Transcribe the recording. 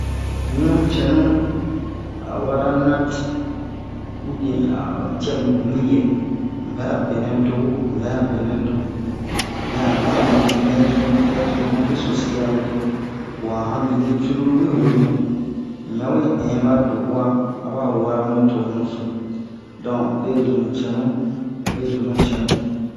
ɲu cɛnu awara natte ou bien a'o cɛmu miɛ mubɛ'a benɛ dowo mubɛ'a benɛ do mɛ'a banu mais mɛ zun mube sosi awe wa hanmire cruru we webun in yawe inba do'uwa aba waramu tonuso don bezun mu cɛnu bezun mu cɛnu